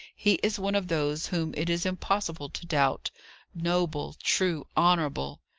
he is one of those whom it is impossible to doubt noble, true, honourable!